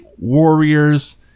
Warriors